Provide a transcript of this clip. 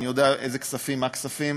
אני יודע איזה כספים ומה הכספים,